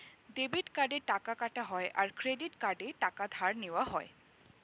debit কার্ডে টাকা কাটা হয় আর ক্রেডিট কার্ডে টাকা ধার নেওয়া হয়